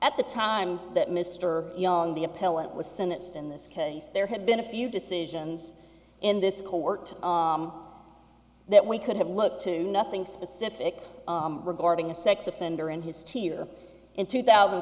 at the time that mr young the appellant was sentenced in this case there had been a few decisions in this court that we could have looked to nothing specific regarding a sex offender and his two year in two thousand